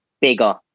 bigger